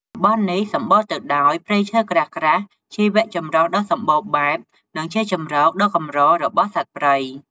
តំបន់នេះសម្បូរទៅដោយព្រៃឈើក្រាស់ៗ ជីវៈចម្រុះដ៏សម្បូរបែប និងជាជម្រកដ៏កម្ររបស់សត្វព្រៃ។